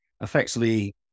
Effectively